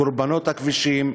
את קורבנות הכבישים,